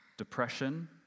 Depression